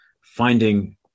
finding